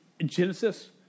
Genesis